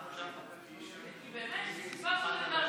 בבקשה?